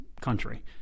country